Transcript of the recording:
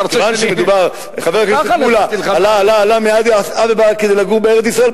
חבר הכנסת מולה עלה מאדיס-אבבה כדי לגור בארץ-ישראל,